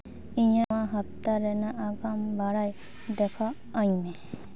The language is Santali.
ᱤᱧ ᱱᱚᱣᱟ ᱦᱟᱯᱛᱟ ᱨᱮᱱᱟᱜ ᱟᱜᱟᱢ ᱵᱟᱲᱟᱭ ᱫᱮᱠᱷᱟᱣ ᱟᱹᱧ ᱢᱮ